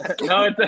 No